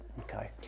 Okay